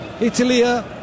Italia